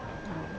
ah